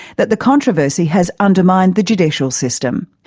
that the controversy has undermined the judicial system.